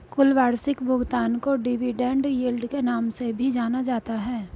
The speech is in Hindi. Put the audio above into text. कुल वार्षिक भुगतान को डिविडेन्ड यील्ड के नाम से भी जाना जाता है